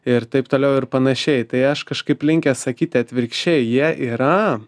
ir taip toliau ir panašiai tai aš kažkaip linkęs sakyti atvirkščiai jie yra